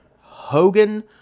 hogan